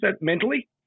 mentally